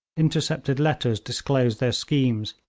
intercepted letters disclosed their schemes,